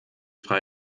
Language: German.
frei